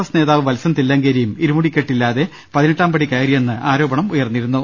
S നേതാവ് വത്സൻ തില്ലങ്കേരിയും ഇരു മുടിക്കെട്ടില്ലാതെ പതിനെട്ടാം പടി കയറിയെന്ന് ആരോപണം ഉയർന്നിരുന്നു